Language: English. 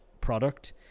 product